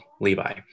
Levi